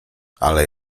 ale